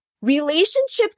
Relationships